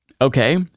okay